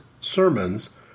sermons